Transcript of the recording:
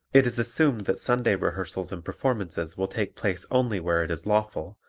it is assumed that sunday rehearsals and performances will take place only where it is lawful,